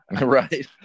Right